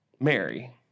Mary